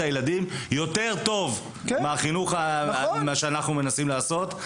הילדים יותר טוב ממה שאנחנו מנסים לעשות.